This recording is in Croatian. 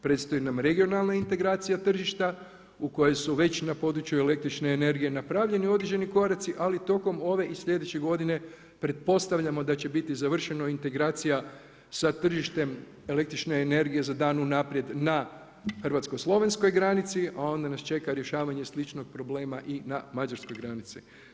Predstoji nam regionalna integracija tržišta u kojoj su već na području električne energije napravljeni određeni koraci ali tokom ove i sljedeće godine pretpostavljamo da će biti završeno integracija sa tržištem električne energije za dan unaprijed na hrvatsko-slovenskoj granici a onda nas čeka rješavanje sličnog problema i na mađarskoj granici.